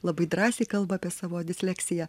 labai drąsiai kalba apie savo disleksiją